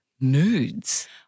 nudes